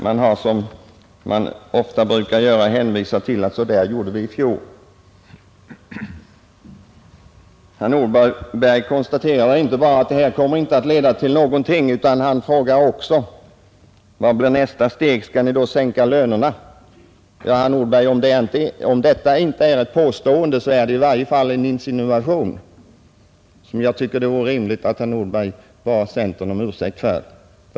Utskottets ledamöter har tydligen, som ofta sker, anfört: ”Så gjorde vi i fjol.” Herr Nordberg konstaterar inte bara att vårt förslag inte kommer att leda till någonting utan frågar också: Vad blir nästa steg? Skall ni då sänka lönerna? Ja, herr Nordberg, om detta inte är ett påstående är det i varje fall en insinuation, som jag tycker att det vore rimligt att herr Nordberg bad centern om ursäkt för.